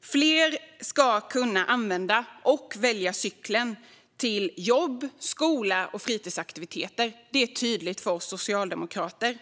Fler ska kunna välja cykeln och använda den för att ta sig till jobb, skola och fritidsaktiviteter. Det är tydligt för oss socialdemokrater.